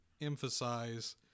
emphasize